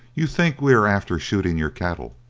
you think we are after shooting your cattle.